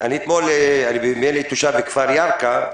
אני תושב ירכא,